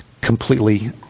completely